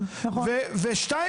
לכלל החברות.